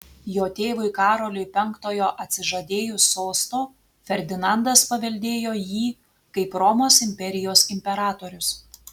jo tėvui karoliui penktojo atsižadėjus sosto ferdinandas paveldėjo jį kaip romos imperijos imperatorius